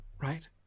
right